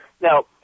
Now